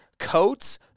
Coats